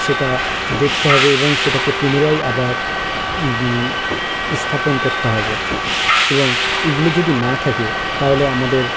সেটা দেখতে হবে এবং সেটাকে পুনরায় আবার স্থাপন করতে হবে এবং এগুলো যদি না থাকে তাহলে আমাদের